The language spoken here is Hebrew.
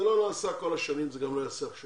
זה לא נעשה כל השנים, זה גם לא ייעשה עכשיו.